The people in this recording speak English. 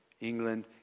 England